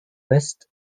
list